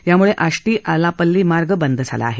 यामूळे आष्टी आलापल्ली मार्ग बंद झाला आहे